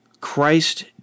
Christ